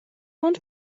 ond